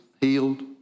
healed